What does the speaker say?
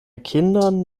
kindern